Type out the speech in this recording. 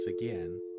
again